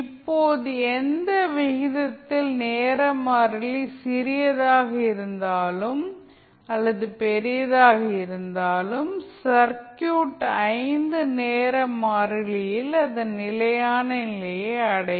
இப்போது எந்த விகிதத்தில் நேர மாறிலி சிறியதாக இருந்தாலும் அல்லது பெரியதாக இருந்தாலும் சர்க்யூட் 5 நேர மாறிலியில் அதன் நிலையான நிலையை அடையும்